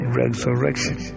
resurrection